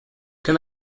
can